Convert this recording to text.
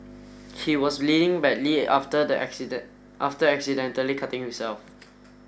he was leading badly after the accident after accidentally cutting himself